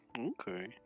Okay